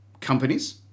companies